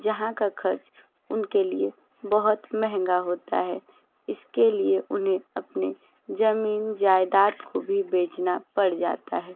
जहाँ का ख़र्च उनके लिए बहुत मेहंगा होता है इसके लिए उन्हें अपनी ज़मीन जायदाद को भी बेचना पड़ जाता है